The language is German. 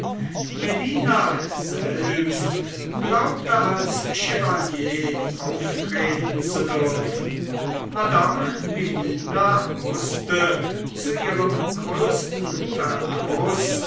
melina selbst glaubte als chevalier auftreten zu dürfen madame melina mußte zu ihrem größten verdruß